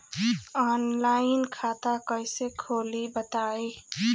Online खाता कइसे खोली बताई?